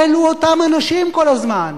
אלו אותם אנשים כל הזמן.